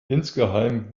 insgeheim